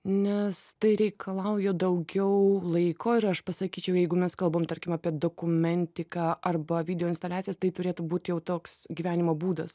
nes tai reikalauja daugiau laiko ir aš pasakyčiau jeigu mes kalbam tarkim apie dokumentiką arba video instaliacijas tai turėtų būt jau toks gyvenimo būdas